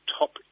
top